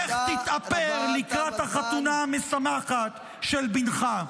לך תתאפר לקראת החתונה המשמחת של בנך.